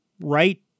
right